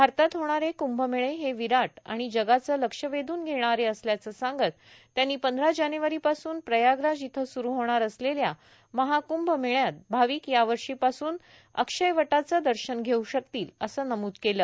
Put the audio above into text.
भारतात होणारे कंभ मेळे हे विराट आणि जगाचं लक्ष वेधून घेणारे असल्याचं सांगत त्यांनी पंधरा जानेवारीपासून प्रयागराज इथे सुरु होणार असलेल्या महाकृअ मेळ्यात भाविक यावर्षीपासून अक्षयवटाचं दर्शन घेऊ शकतील असं नमूद केलं